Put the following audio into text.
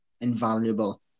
invaluable